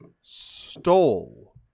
stole